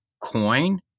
coin